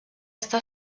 està